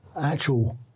actual